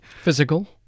Physical